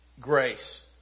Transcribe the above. grace